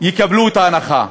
יקבלו את ההנחה.